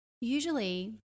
usually